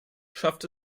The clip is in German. schafft